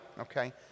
okay